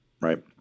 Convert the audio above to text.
right